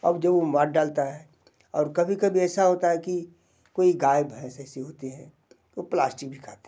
अब जो वो मार डालता है और कभी कभी ऐसा होता है कि कोई गाय भैंस ऐसी होती हैं वो प्लाश्टिक भी खाती हैं